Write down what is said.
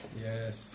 Yes